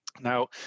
now